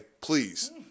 please